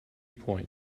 point